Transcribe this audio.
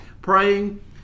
praying